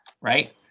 right